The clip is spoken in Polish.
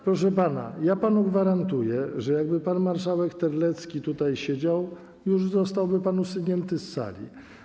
Proszę pana, ja panu gwarantuję, że jakby pan marszałek Terlecki tutaj siedział, już zostałby pan usunięty z sali.